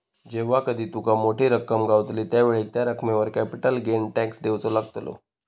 जेव्हा कधी तुका मोठी रक्कम गावतली त्यावेळेक त्या रकमेवर कॅपिटल गेन टॅक्स देवचो लागतलो